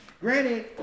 Granted